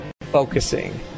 focusing